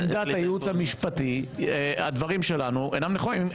האם לעמדת הייעוץ המשפטי הדברים שלנו אינם נכונים?